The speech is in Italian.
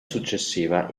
successiva